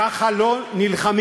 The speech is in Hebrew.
ככה לא נלחמים,